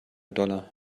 dollar